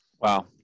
wow